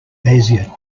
bezier